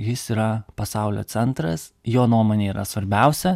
jis yra pasaulio centras jo nuomonė yra svarbiausia